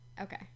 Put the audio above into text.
okay